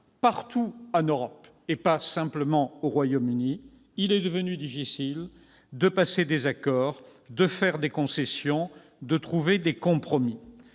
partout en Europe, et pas simplement au Royaume-Uni, il est devenu difficile de passer des accords, de faire des concessions, de trouver des compromis.